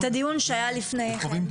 את הדיון שהיה לפני כן.